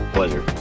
Pleasure